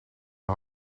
een